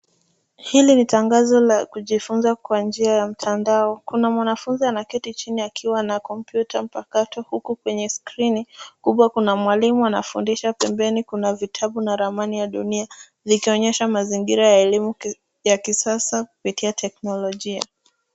Hili ni tangazo la kujifunza kwa njia ya mtandao. Kuna mwanafunzi anaketi chini akiwa na kompyuta mpakato huku kwenye skrini kubwa kuna mwalimu anafundisha pembeni. Kuna vitabu na ramani ya dunia, likionyesha mazingira ya elimu ya kisasa kupitia teknolojia.